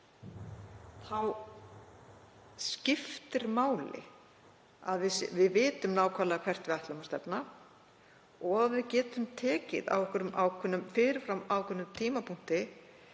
skiptir máli að við vitum nákvæmlega hvert við ætlum að stefna og að við getum á fyrir fram ákveðnum tímapunkti